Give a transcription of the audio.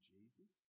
Jesus